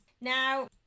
Now